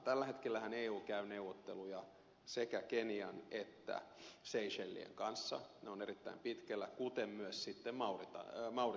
tällä hetkellähän eu käy neuvotteluja sekä kenian että seychellien kanssa ne ovat erittäin pitkällä kuten myös mauritiuksen kanssa